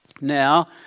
Now